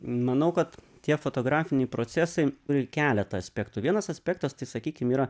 manau kad tie fotografiniai procesai turi keletą aspektų vienas aspektas tai sakykim yra